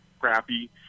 crappy